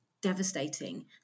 devastating